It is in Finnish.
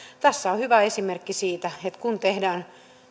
tässä on hyvä esimerkki siitä että kun tehdään